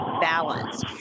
balance